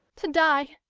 to die!